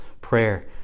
prayer